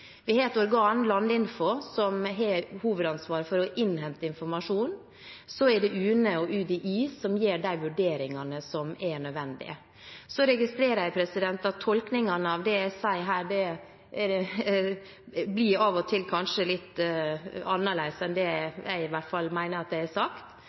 Vi har et organ, Landinfo, som har hovedansvaret for å innhente informasjonen, og så er det UNE og UDI som gjør de vurderingene som er nødvendig. Jeg registrerer at tolkningene av det jeg sier her, kanskje av og til blir litt annerledes enn det i hvert fall jeg mener at jeg har sagt.